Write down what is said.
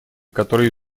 которые